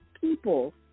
people